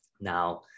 Now